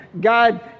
God